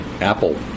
apple